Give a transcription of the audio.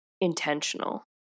intentional